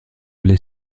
lait